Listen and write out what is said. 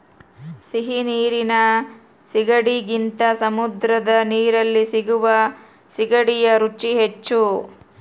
ಸಿಹಿ ನೀರಿನ ಸೀಗಡಿಗಿಂತ ಸಮುದ್ರದ ನೀರಲ್ಲಿ ಸಿಗುವ ಸೀಗಡಿಯ ರುಚಿ ಹೆಚ್ಚು